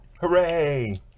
Hooray